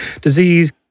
disease